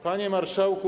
Panie Marszałku!